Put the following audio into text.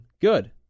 good